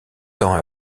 temps